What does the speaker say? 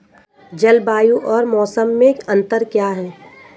जलवायु और मौसम में अंतर क्या है?